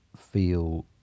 feel